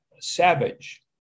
savage